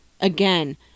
again